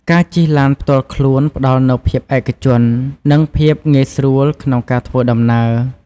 ការជិះឡានផ្ទាល់ខ្លួនផ្តល់នូវភាពឯកជន និងភាពងាយស្រួលក្នុងការធ្វើដំណើរ។